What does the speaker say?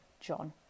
John